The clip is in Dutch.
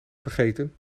vergeten